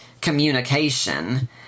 communication